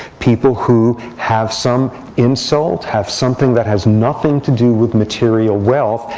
people who have some insult, have something that has nothing to do with material wealth.